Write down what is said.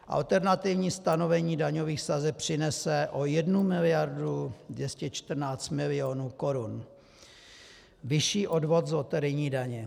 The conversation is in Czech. Alternativní stanovení daňových sazeb přinese o 1 mld. 214 milionů korun vyšší odvod z loterijní daně.